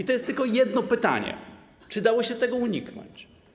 I jest tylko jedno pytanie: Czy dało się tego uniknąć?